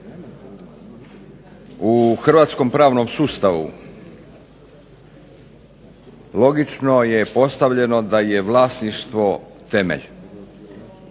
U Hrvatskom pravnom sustavu logično je postavljeno da je vlasništvo temelj